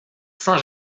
saint